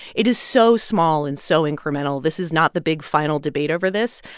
it is so small and so incremental. this is not the big, final debate over this.